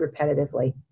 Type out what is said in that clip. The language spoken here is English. repetitively